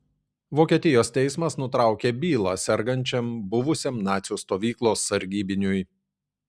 vokietijos teismas nutraukė bylą sergančiam buvusiam nacių stovyklos sargybiniui